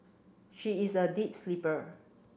she is a deep sleeper